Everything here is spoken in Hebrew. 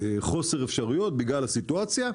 חוסר אפשרויות בגלל הסיטואציה.